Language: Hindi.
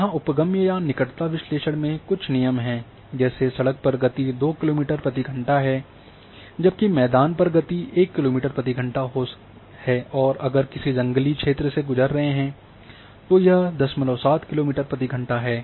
यहाँ उपगम्य या निकट विश्लेषण में कुछ नियम हैं जैसे सड़क पर गति दो किलोमीटर प्रति घंटा है जबकि मैदान पर गति एक किलोमीटर प्रति घंटे है हो और अगर किसी को जंगली क्षेत्र से गुजर रहे हैं तो यह 07 किलोमीटर प्रति घंटा है